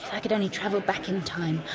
i could only travel back in time,